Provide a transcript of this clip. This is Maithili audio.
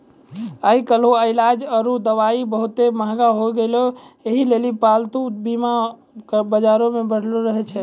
आइ काल्हि इलाज आरु दबाइयै बहुते मंहगा होय गैलो छै यहे लेली पालतू बीमा बजारो मे बढ़ि रहलो छै